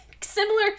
Similar